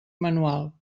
manual